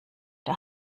der